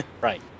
Right